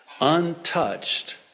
Untouched